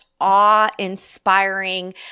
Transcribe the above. awe-inspiring